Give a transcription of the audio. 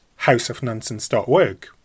houseofnonsense.org